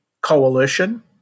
coalition